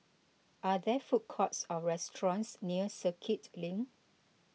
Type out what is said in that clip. are there food courts or restaurants near Circuit Link